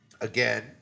again